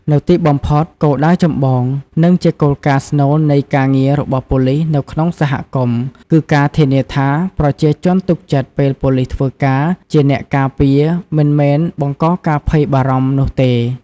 នៅទីបំផុត គោលដៅចម្បង និងជាគោលការណ៍ស្នូលនៃការងាររបស់ប៉ូលីសនៅក្នុងសហគមន៍ គឺការធានាថា ប្រជាជនទុកចិត្តពេលប៉ូលីសធ្វើការជាអ្នកការពារមិនមែនបង្កការភ័យបារម្ភនោះទេ។